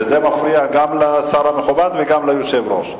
וזה מפריע גם לשר המכובד וגם ליושב-ראש.